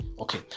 okay